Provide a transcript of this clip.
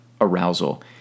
arousal